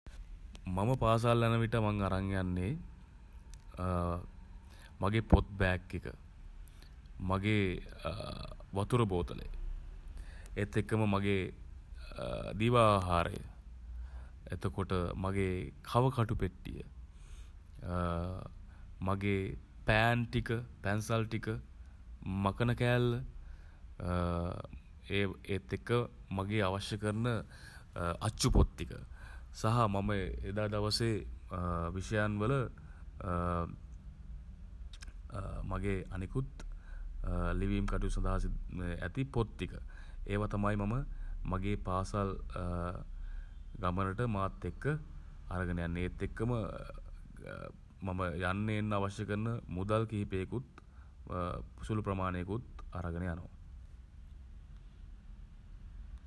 මම පාසල් යනවිට මම අරන් යන්නේ මගේ පොත් බෑග් එක මගේ වතුර බෝතලේ. ඒත් එක්කම මගේ දිවා ආහාරය එතකොට මගේ කවකටු පෙට්ටිය. මගේ පෑන් ටික පැන්සල් ටික මකන කෑල්ල ඒ ඒත් එක්ක මගේ අවශ්‍ය කරන අච්චු පොත් ටික. සහ මම එදා දවසේ විෂයන්වල මගේ අනෙකුත් ලිවීම් කටයුතු සඳහා ඇති පොත් ටික. ඒවා තමයි මම මගේ පාසල් ගමනට මාත් එක්ක අරගෙන යන්නේ. එත් එක්කම මම යන්න එන්න අවශ්‍ය කරන මුදල් කිහිපයකුත් සුළු ප්රමාණයකුත් අරගෙන යනවා.